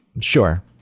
sure